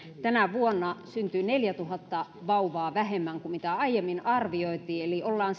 tänä vuonna syntyy neljätuhatta vauvaa vähemmän kuin mitä aiemmin arvioitiin eli ollaan